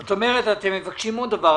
זאת אומרת, אתם מבקשים עוד דבר.